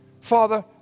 Father